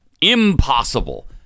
impossible